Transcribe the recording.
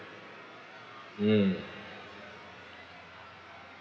mm